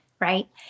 right